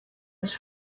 his